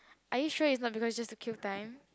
are you sure it's not because of just to kill time